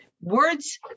words